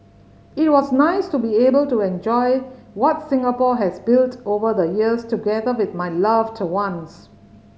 it was nice to be able to enjoy what Singapore has built over the years together with my loved ones